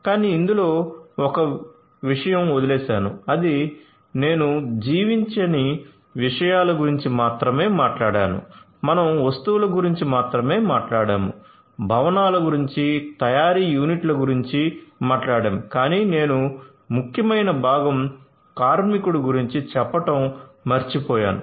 కానీ ఇందులో ఒక విషయం వదిలేసాను అది నేను జీవించని విషయాల గురించి మాత్రమే మాట్లాడాను మనం వస్తువుల గురించి మాత్రమే మాట్లాడాము భవనాల గురించి తయారీ యూనిట్ల గురించి మాట్లాడాము కానీ నేను ముఖ్యమైన భాగం కార్మికుడు గురించి చెప్పడం మర్చిపోయాను